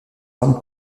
larmes